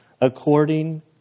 according